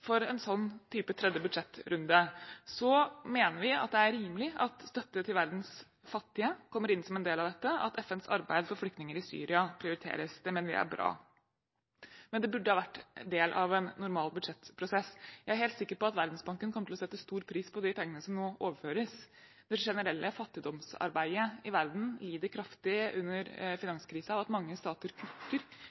for en sånn type tredje budsjettrunde, mener vi at det er rimelig at støtte til verdens fattige kommer inn som en del av dette, at FNs arbeid for flyktninger i Syria prioriteres. Det mener vi er bra, men det burde ha vært del av en normal budsjettprosess. Jeg er helt sikker på at Verdensbanken kommer til å sette stor pris på de pengene som nå overføres, når det generelle fattigdomsarbeidet i verden lider kraftig under finanskrisen, og mange stater nå kutter